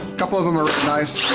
couple of em are nice.